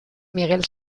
miguel